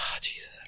jesus